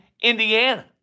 Indiana